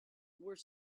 were